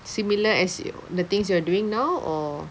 similar as your the things you are doing now or